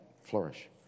flourish